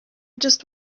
just